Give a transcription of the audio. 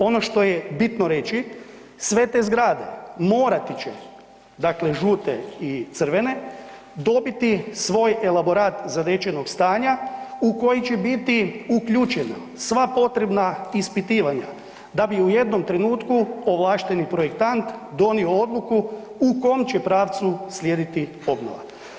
Ono što je bitno reći, sve te zgrade morati će, dakle žute i crvene, dobiti svoj elaborat zatečenog stanja u koji će biti uključeno sva potrebna ispitivanja da bi u jednom trenutku ovlašteni projektant donio odluku u kom će pravcu slijediti obnova.